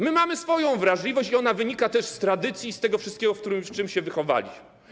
My mamy swoją wrażliwość i ona wynika też z tradycji i z tego wszystkiego, w czym się wychowaliśmy.